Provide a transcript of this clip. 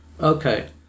Okay